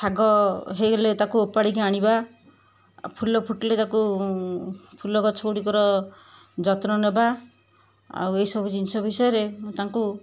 ଶାଗ ହେଇଗଲେ ତାକୁ ଓପାଡ଼ିକି ଆଣିବା ଫୁଲ ଫୁଟିଲେ ତାକୁ ଫୁଲ ଗଛ ଗୁଡ଼ିକର ଯତ୍ନ ନେବା ଆଉ ଏଇ ସବୁ ଜିନିଷ ବିଷୟରେ ମୁଁ ତାଙ୍କୁ